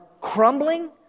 crumbling